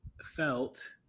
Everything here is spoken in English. felt